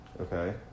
Okay